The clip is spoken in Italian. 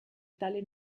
tale